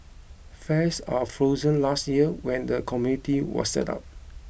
fares are frozen last year when the committee was set up